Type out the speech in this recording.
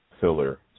filler